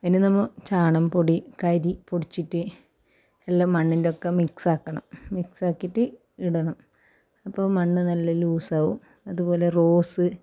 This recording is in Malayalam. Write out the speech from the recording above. ഇനി നമ്മൾ ചാണകം പൊടി കരി പൊടിച്ചിട്ട് എല്ലാം മണ്ണിന്റെ ഒക്കെ മിക്സ് ആക്കണം മിക്സ് ആക്കിയിട്ട് ഇടണം അപ്പോൾ മണ്ണ് നല്ല ലൂസ് ആവും അതുപോലെ റോസ്